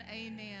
amen